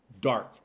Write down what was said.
dark